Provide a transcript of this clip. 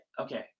Okay